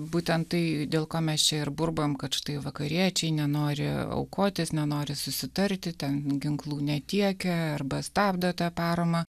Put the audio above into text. būtent tai dėl ko mes čia ir burbam kad štai vakariečiai nenori aukotis nenori susitarti ten ginklų netiekia arba stabdo tą paramą